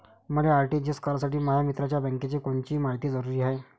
मले आर.टी.जी.एस करासाठी माया मित्राच्या बँकेची कोनची मायती जरुरी हाय?